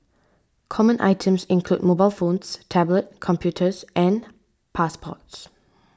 common items include mobile phones tablet computers and passports